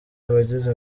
abagize